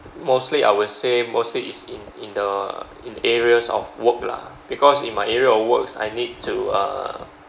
mostly I will say mostly is in in the in areas of work lah because in my area of works I need to uh